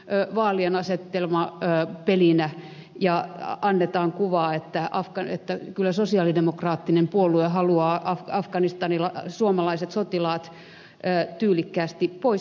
tätä käytetään nyt vaaliasetelmapelinä ja annetaan kuva että kyllä sosialidemokraattinen puolue haluaa suomalaiset sotilaat tyylikkäästi pois afganistanista